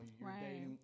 Right